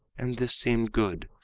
and this seemed good,